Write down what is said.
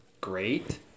great